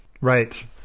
Right